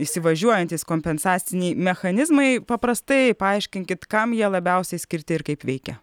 įsivažiuojantys kompensaciniai mechanizmai paprastai paaiškinkit kam jie labiausiai skirti ir kaip veikia